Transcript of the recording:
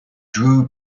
drew